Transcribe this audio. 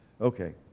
Okay